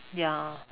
ya